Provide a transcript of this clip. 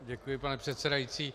Děkuji, paní předsedající.